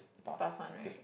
past one right